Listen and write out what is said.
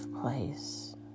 place